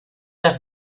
las